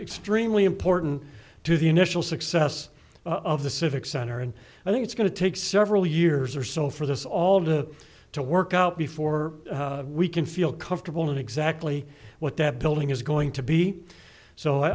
extremely important to the initial success of the civic center and i think it's going to take several years or so for this all to to work out before we can feel comfortable in exactly what that building is going to be so